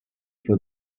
for